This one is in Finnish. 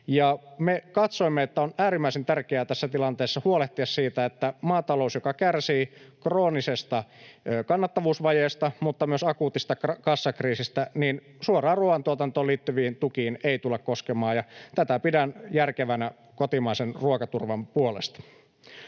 Me katsoimme, että on äärimmäisen tärkeää tässä tilanteessa huolehtia siitä, että maatalouteen liittyen, joka kärsii kroonisesta kannattavuusvajeesta mutta myös akuutista kassakriisistä, suoraan ruoantuotantoon liittyviin tukiin ei tulla koskemaan, ja tätä pidän järkevänä kotimaisen ruokaturvan puolesta.